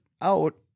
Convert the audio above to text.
out